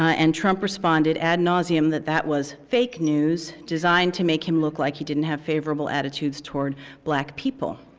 and trump responded ad nauseum that that was fake news designed to make him look like he didn't have favorable attitudes toward black people.